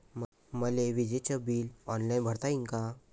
मले विजेच bill online भरता येईन का?